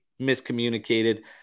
miscommunicated